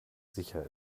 sicher